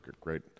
great